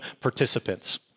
participants